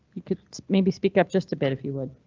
you could maybe speak up just a bit if you would.